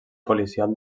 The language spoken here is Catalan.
policial